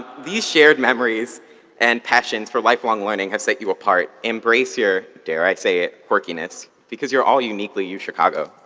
these shared memories and passions for lifelong learning have set you apart. embrace your, dare i say it, quirkiness, because you're all uniquely uchicago.